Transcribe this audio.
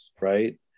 right